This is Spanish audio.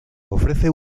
ofrece